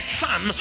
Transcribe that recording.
son